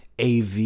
AV